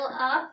up